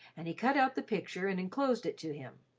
and he cut out the picture and inclosed it to him,